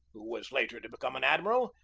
who was later to become an admiral,